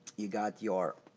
you got your